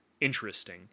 interesting